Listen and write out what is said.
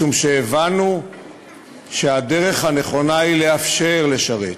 משום שהבנו שהדרך הנכונה היא לאפשר לשרת.